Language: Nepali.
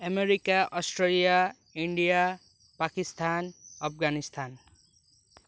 America Australia India Pakistan Afghanistan